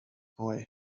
boy